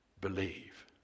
believe